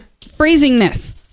freezingness